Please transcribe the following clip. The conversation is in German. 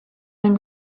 dem